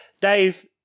Dave